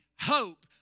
hope